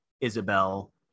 Isabel